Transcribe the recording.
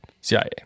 CIA